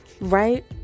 Right